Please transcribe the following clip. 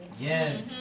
Yes